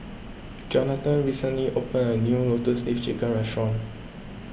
Johnathon recently opened a new Lotus Leaf Chicken Restaurant